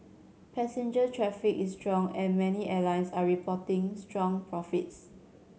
passenger traffic is strong and many airlines are reporting strong profits